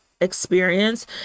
experience